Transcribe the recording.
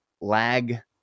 lag